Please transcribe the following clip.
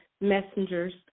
messengers